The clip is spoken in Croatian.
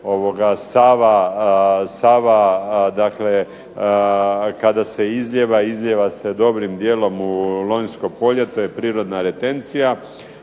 Sava, dakle kada se izljeva, izljeva se dobrim dijelom u Lonjsko polje, to je prirodna retencija,